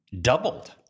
doubled